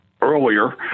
earlier